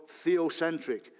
theocentric